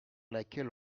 laquelle